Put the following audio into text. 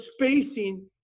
spacing